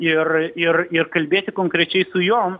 ir ir ir kalbėti konkrečiai su jom